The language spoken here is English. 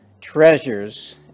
treasures